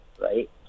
right